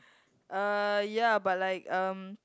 uh ya but like um